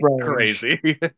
crazy